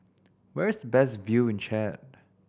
where is the best view in Chad